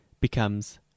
becomes